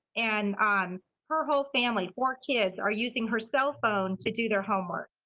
and um her whole family, four kids, are using her cell phone to do their homework.